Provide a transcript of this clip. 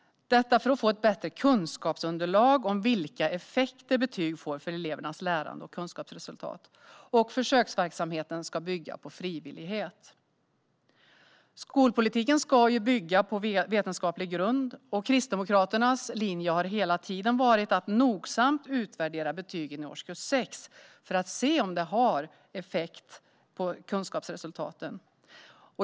Syftet är att få ett bättre kunskapsunderlag om vilka effekter betyg får för elevernas lärande och kunskapsresultat. Försöksverksamheten ska bygga på frivillighet. Skolpolitiken ska ju bygga på vetenskaplig grund, och Kristdemokraternas linje har hela tiden varit att nogsamt utvärdera betygen i årskurs 6 för att se om de har effekt på kunskapsresultaten.